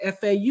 FAU